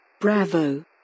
Bravo